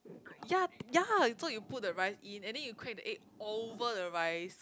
ya ya so you put the rice in and then you crack the egg over the rice